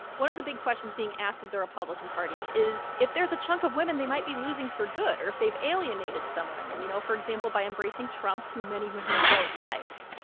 one of the big questions being asked of the republican party is if there's a chunk of women they might be losing for good or if they've alienated some women, you know, for example, by embracing trump, who many women don't like.